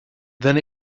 then